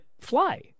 fly